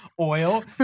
oil